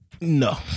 No